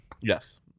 Yes